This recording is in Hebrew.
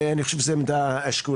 ואני חושב שזו עמדה שקולה.